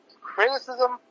criticism